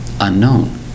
unknown